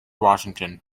washington